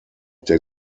der